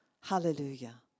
Hallelujah